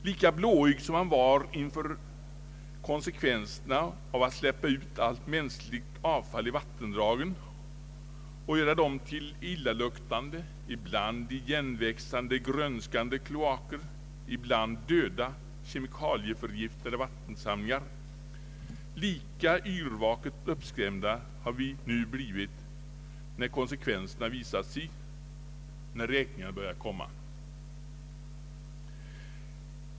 Lika blåögd som man var inför konsekvenserna av att släppa ut allt mänskligt avfall i vattendragen och göra dem till illaluktande, ibland igenväxande grönskande kloaker, ibland döda, kemikalieförgiftade vattensamlingar, lika yrvaket uppskrämda har vi nu blivit när konsekvenserna visat sig, när räkningarna börjat komma.